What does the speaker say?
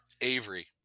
Avery